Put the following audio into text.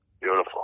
beautiful